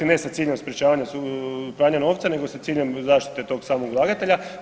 Ne sa ciljem sprječavanja s, pranja novca, nego sa ciljem zaštite tog samog ulagatelja.